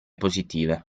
positive